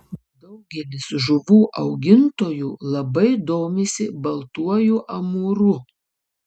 daugelis žuvų augintojų labai domisi baltuoju amūru